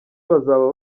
bazaba